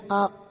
up